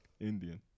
Indian